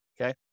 Okay